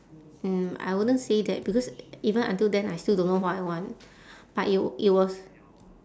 mm I wouldn't say that because even until then I still don't know what I want but it w~ it was